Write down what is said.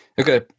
okay